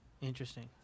interesting